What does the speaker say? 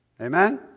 Amen